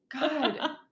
God